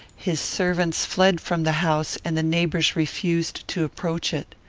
his servants fled from the house, and the neighbours refused to approach it.